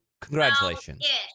congratulations